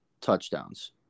touchdowns